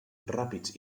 ràpids